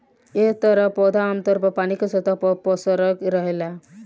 एह तरह पौधा आमतौर पर पानी के सतह पर पसर के रहेला